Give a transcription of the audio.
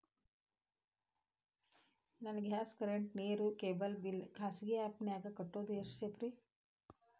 ನನ್ನ gas current, ನೇರು, cable ನ ಬಿಲ್ ಖಾಸಗಿ ಆ್ಯಪ್ ನ್ಯಾಗ್ ಕಟ್ಟೋದು ಎಷ್ಟು ಸೇಫ್ರಿ?